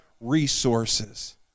resources